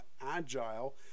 agile